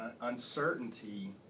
uncertainty